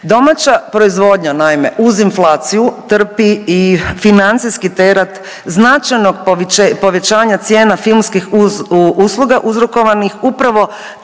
Domaća proizvodnja naime uz inflaciju trpi i financijski teret značajnog povećanja cijena filmskih usluga uzrokovanih upravo